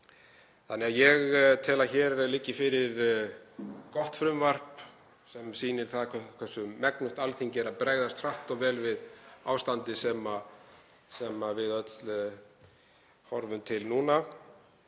vinnu. Ég tel að hér liggi fyrir gott frumvarp sem sýnir það hversu megnugt Alþingi er að bregðast hratt og vel við ástandi sem við öll horfum til núna